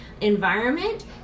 environment